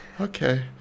Okay